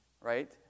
Right